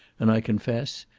and, i confess,